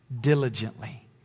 diligently